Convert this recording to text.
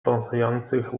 pląsających